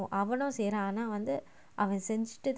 அவனும்செய்றான்ஆனாஅவன்செஞ்சிட்டுதான்:avanum seiraan aana avan senjittuthan